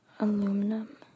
Aluminum